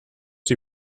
sie